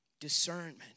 discernment